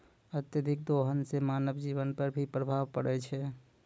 अत्यधिक दोहन सें मानव जीवन पर भी प्रभाव परै छै